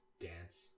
Dance